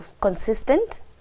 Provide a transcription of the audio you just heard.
consistent